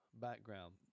background